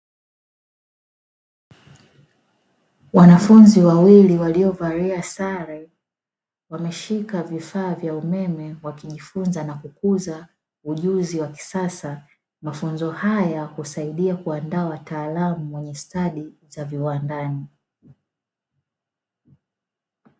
Wanafunzi wawili waliovalia sare, wameshika vifaa vya umeme wakijifunza na kukuza ujuzi wa kisasa, mafunzo haya husaidia kuandaa wataalamu wenye stadi za viwandani.